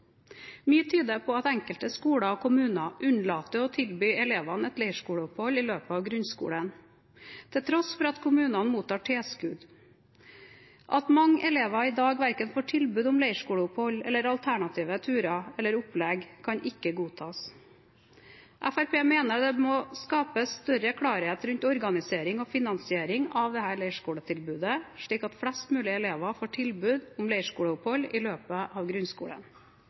Mye tyder på at enkelte skoler og kommuner unnlater å tilby elevene et leirskoleopphold i løpet av grunnskolen, til tross for at kommunene mottar tilskudd. At mange elever i dag verken får tilbud om leirskoleopphold eller alternative turer eller opplegg, kan ikke godtas. Fremskrittspartiet mener det må skapes større klarhet rundt organisering og finansiering av leirskoletilbudet, slik at flest mulig elever får tilbud om leirskoleopphold i løpet av grunnskolen.